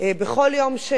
בכל יום שני,